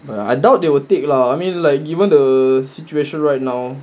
I doubt they will take lah I mean like given the situation right now